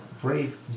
brave